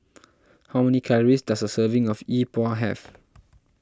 how many calories does a serving of Yi Bua have